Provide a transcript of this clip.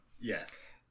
Yes